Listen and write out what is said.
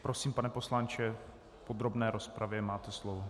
Prosím, pane poslanče, v podrobné rozpravě máte slovo.